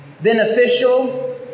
beneficial